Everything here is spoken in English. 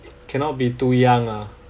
cannot be too young ah